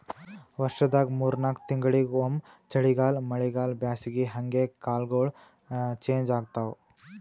ವರ್ಷದಾಗ್ ಮೂರ್ ನಾಕ್ ತಿಂಗಳಿಂಗ್ ಒಮ್ಮ್ ಚಳಿಗಾಲ್ ಮಳಿಗಾಳ್ ಬ್ಯಾಸಗಿ ಹಂಗೆ ಕಾಲ್ಗೊಳ್ ಚೇಂಜ್ ಆತವ್